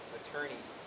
attorneys